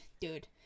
dude